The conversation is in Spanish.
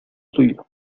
tuyo